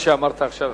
מה שאמרת עכשיו.